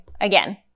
again